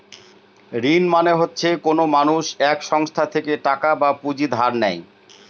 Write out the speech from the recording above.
ঋণ মানে হচ্ছে কোনো মানুষ এক সংস্থা থেকে টাকা বা পুঁজি ধার নেয়